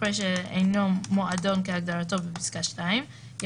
אחרי ״שאינו מועדון כהגדרתו בפסקה (2)״